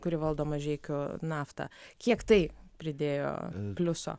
kuri valdo mažeikių naftą kiek tai pridėjo pliuso